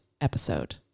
episode